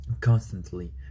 constantly